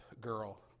girl